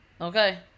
Okay